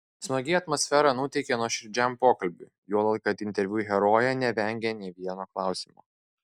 smagi atmosfera nuteikė nuoširdžiam pokalbiui juolab kad interviu herojė nevengė nė vieno klausimo